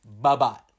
Bye-bye